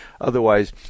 Otherwise